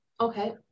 Okay